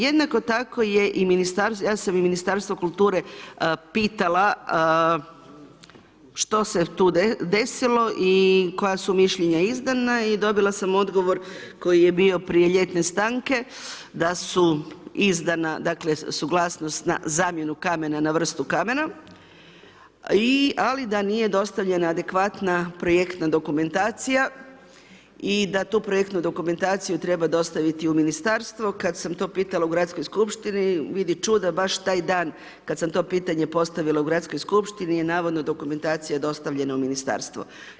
Ja sam Ministarstvo kulture pitala što se tu desilo i koja su mišljenja izdana i dobila sam odgovor koji je bio prije ljetne stanke da su izdana, dakle suglasnost zamjena kamena na vrstu kamena ali da nije dostavljena adekvatna projektna dokumentacija i da tu projektnu dokumentaciju treba dostaviti u ministarstvu, kad sam to pitala u Gradskoj skupštini, vidi čuda, baš taj dan kad sam to pitanje postavila u Gradskoj skupštini je navodna dokumentacija dostavljena u ministarstvo.